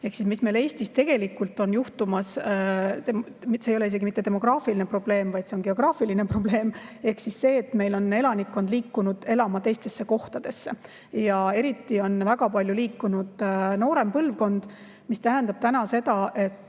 see, mis meil Eestis tegelikult on juhtumas, ei ole isegi mitte demograafiline probleem, vaid on geograafiline probleem ehk see, et meil on elanikkond liikunud elama teistesse kohtadesse. Eriti on väga palju liikunud noorem põlvkond. See tähendab, et